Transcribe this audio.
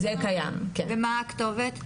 ומה הכתובת?